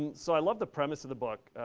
so i love the premise of the book.